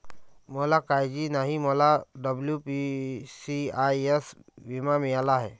मला काळजी नाही, मला डब्ल्यू.बी.सी.आय.एस विमा मिळाला आहे